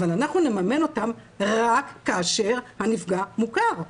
אבל אנחנו נממן אותם רק כאשר הנפגע מוכר.